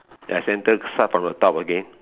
ya centre start from the top again